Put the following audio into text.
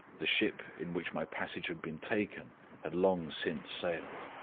the ship in which my passage had been taken had long since sailed.